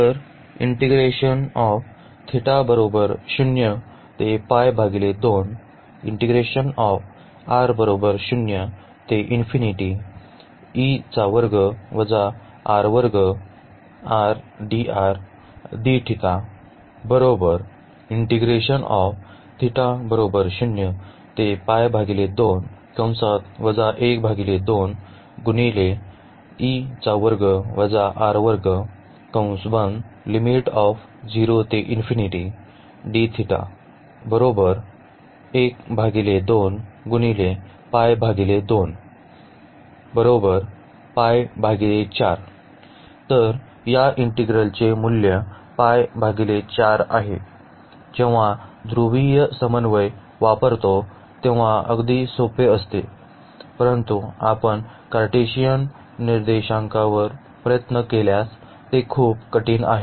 तर या इंटिग्रल चे मूल्य π 4 आहे जेव्हा ध्रुवीय समन्वय वापरतो तेव्हा अगदी सोपे असते परंतु आपण कार्टेशियन निर्देशांकांवर प्रयत्न केल्यास ते खूप कठीण आहे